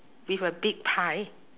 with a big pie